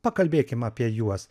pakalbėkim apie juos